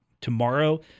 tomorrow